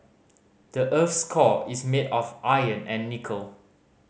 the earth's core is made of iron and nickel